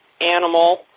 animal